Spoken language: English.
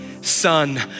Son